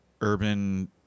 urban